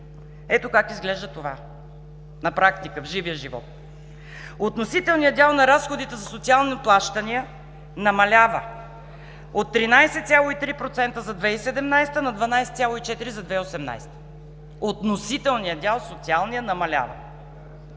Ето как изглежда това на практика, в живия живот. Относителният дял на разходите за социални плащания намалява – от 13,3% за 2017 г. на 12,4% за 2018 г. Относителният дял, социалният – намалява!